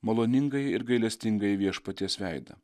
maloningai ir gailestingai viešpaties veidą